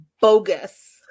bogus